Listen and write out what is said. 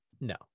No